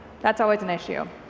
that's always an issue.